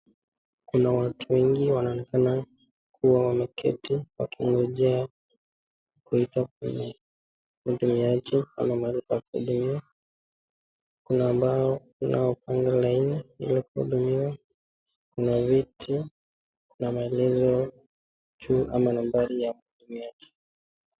Kuna watu wengi wanaonekana kuwa wameketi wakingojea kuitwa kwenye hudumiaji ama pahali pa kuhumia, kuna ambao wamepanga laini ili kuhudumiwa kuna viti, kuna maelezo juu ama nambari hudumiaji.